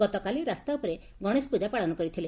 ଗତକାଲି ରାସ୍ତା ଉପରେ ଗଣେଶ ପ୍ଜା ପାଳନ କରିଥିଲେ